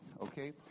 okay